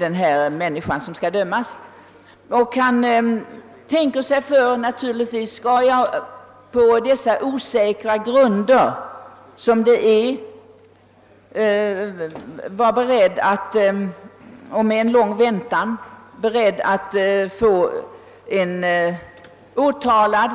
Men han måste naturligtvis också tänka sig för huruvida han på så osäkra grunder som en § 7-undersökning eller med risk för lång väntetid efter en stor undersökning skall låta en åtalad